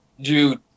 dude